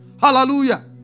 Hallelujah